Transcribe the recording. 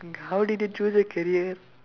and how did you choose a career